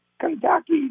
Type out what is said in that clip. Kentucky